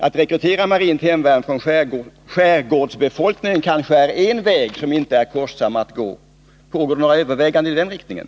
Att rekrytera marint hemvärn från skärgårdsbefolkningen är kanske en väg som det inte är kostsamt att gå. Får vi några överväganden i den riktningen?